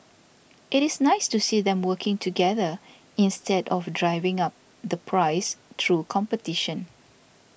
it is nice to see them working together instead of driving up the price through competition